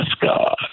God